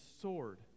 sword